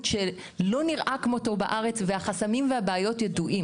שלא נראה כמותו בארץ והחסמים והבעיות ידועים.